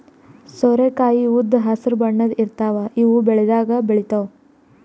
ಸೋರೆಕಾಯಿ ಉದ್ದ್ ಹಸ್ರ್ ಬಣ್ಣದ್ ಇರ್ತಾವ ಇವ್ ಬೆಳಿದಾಗ್ ಬೆಳಿತಾವ್